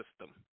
system